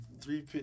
three